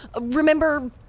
Remember